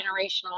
generational